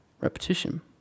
repetition